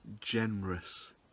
generous